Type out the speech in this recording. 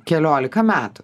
keliolika metų